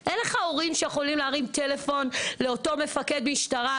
אין לך הורים שיכולים להרים טלפון לאותו מפקד משטרה,